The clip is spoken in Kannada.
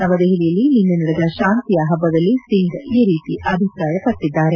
ನವದೆಹಲಿಯಲ್ಲಿ ನಿನ್ನೆ ನಡೆದ ಶಾಂತಿಯ ಹಬ್ಲದಲ್ಲಿ ಸಿಂಗ್ ಈ ರೀತಿ ಅಭಿಪ್ರಾಯಪಟ್ಟಿದ್ದಾರೆ